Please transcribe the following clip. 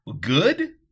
good